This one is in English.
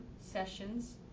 sessions